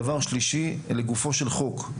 דבר שלישי, לגופו של חוק.